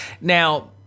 now